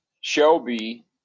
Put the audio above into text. Shelby